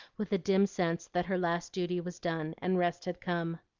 with a dim sense that her last duty was done and rest had come.